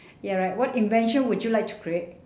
ya right what invention would you like to create